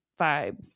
vibes